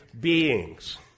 beings